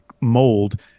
mold